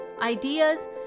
ideas